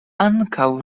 ankaŭ